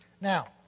Now